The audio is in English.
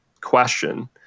question